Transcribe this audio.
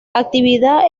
actividad